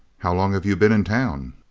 how long have you been in town?